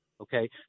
Okay